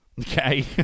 Okay